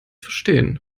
verstehen